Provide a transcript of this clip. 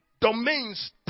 domains